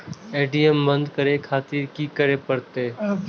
ATM बंद करें खातिर की करें परतें?